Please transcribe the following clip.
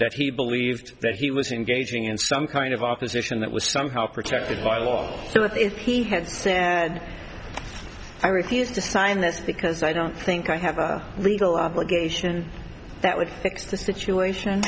that he believed that he was engaging in some kind of opposition that was somehow protected by law if he had sad i refused to sign this because i don't think i have a legal obligation that would fix the situation